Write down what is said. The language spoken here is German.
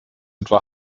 etwa